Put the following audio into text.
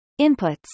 Inputs